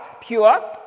pure